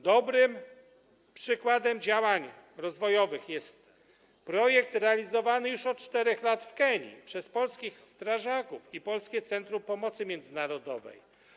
Dobrym przykładem działań rozwojowych jest projekt realizowany już od 4 lat w Kenii przez polskich strażaków i Polskie Centrum Pomocy Międzynarodowej.